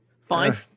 Fine